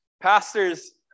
pastors